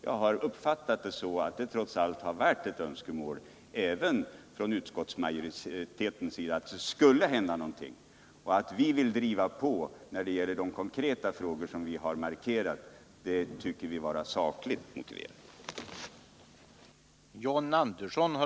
Jag har uppfattat det så, att det trots allt har varit ett önskemål även från utskottsmajoriteten att det skulle hända någonting. Att vi socialdemokrater vill driva på när det gäller de konkreta frågor som vi har markerat, är sakligt motiverat.